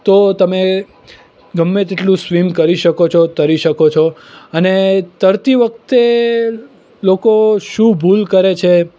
તો તમે ગમે તેટલું સ્વિમ કરી શકો છો તરી શકો છો અને તરતી વખતે લોકો શું ભૂલ કરે છે